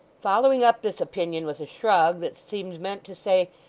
following up this opinion with a shrug that seemed meant to say,